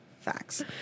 Facts